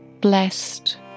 blessed